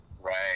Right